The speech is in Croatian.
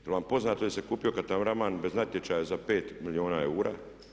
Jel' vam poznato da se kupio katamaran bez natječaja za 5 milijuna eura?